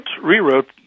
rewrote